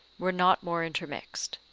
were not more intermixed.